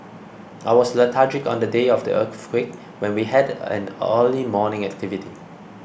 I was lethargic on the day of the earthquake when we had an early morning activity